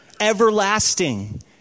everlasting